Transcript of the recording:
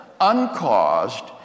uncaused